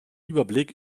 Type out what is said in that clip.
überblick